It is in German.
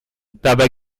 dabei